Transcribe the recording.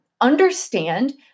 understand